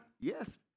yes